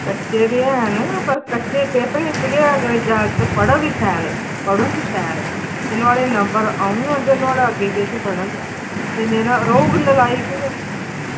कच्चे ते हैन पर कच्चे पेपरें बिच्च गै अगर जागत पढ़ग शैल पढ़ग शैल ते नुआड़े नंबर ओङन ते नुआड़ा अग्गें किश बनग ते नेईं तां रौह्ग नलायक गै